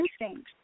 instinct